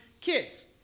kids